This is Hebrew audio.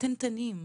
קטנטנים,